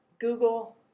Google